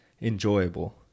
enjoyable